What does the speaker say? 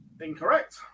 Incorrect